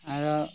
ᱟᱫᱚ